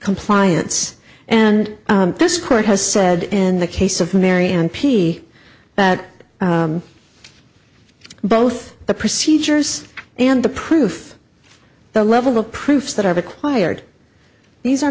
compliance and this court has said in the case of mary and p that both the procedures and the proof the level of proof that are required these are